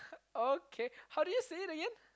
okay how do you say it again